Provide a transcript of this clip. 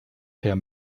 herr